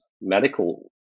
medical